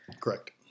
Correct